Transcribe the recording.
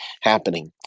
happening